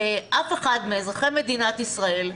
אף אחד מאזרחי מדינת ישראל,